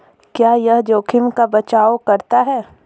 क्या यह जोखिम का बचाओ करता है?